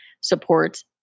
supports